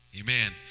Amen